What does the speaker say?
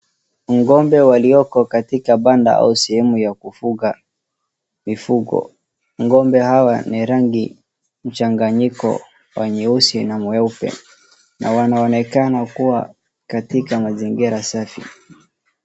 Ng'ombe walioko katika banda au sehemu ya kufuga mifugo, ng'ombe hawa ni rangi mchanganyiko wa mweusi na mweupe na wanaonekana kuwa katika mazingira safi.